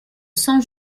sans